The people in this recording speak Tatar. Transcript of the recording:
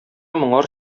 моңар